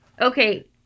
Okay